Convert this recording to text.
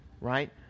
right